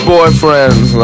Boyfriends